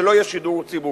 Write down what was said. זה לא יהיה שידור ציבורי,